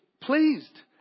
pleased